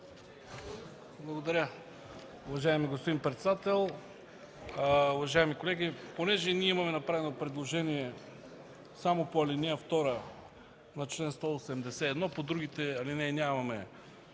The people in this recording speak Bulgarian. Благодаря. Уважаеми господин председател, уважаеми колеги! Понеже имаме направено предложение само по ал. 2 на чл. 181, по другите алинеи нямаме